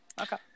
Okay